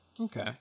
Okay